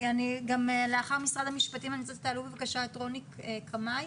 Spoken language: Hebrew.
לאחר משרד המשפטים תעלו בבקשה את רוני קמאי,